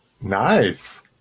Nice